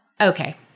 okay